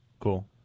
Cool